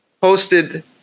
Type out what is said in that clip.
posted